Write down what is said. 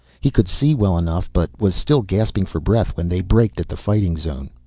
he could see well enough, but was still gasping for breath when they braked at the fighting zone.